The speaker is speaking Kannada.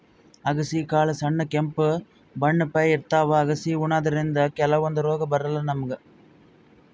ಅಗಸಿ ಕಾಳ್ ಸಣ್ಣ್ ಕೆಂಪ್ ಬಣ್ಣಪ್ಲೆ ಇರ್ತವ್ ಅಗಸಿ ಉಣಾದ್ರಿನ್ದ ಕೆಲವಂದ್ ರೋಗ್ ಬರಲ್ಲಾ ನಮ್ಗ್